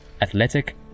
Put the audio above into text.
athletic